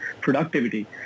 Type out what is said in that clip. productivity